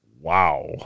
Wow